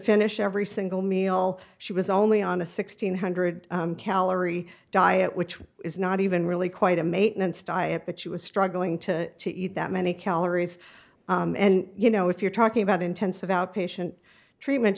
finish every single meal she was only on a six thousand nine hundred calorie diet which is not even really quite a maintenance diet but she was struggling to to eat that many calories and you know if you're talking about intensive outpatient treatment